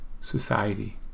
society